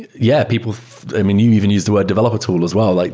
yeah, people i mean, you even use the word developer tool as well. like